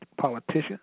politicians